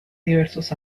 diversos